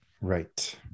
Right